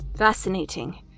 Fascinating